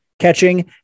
catching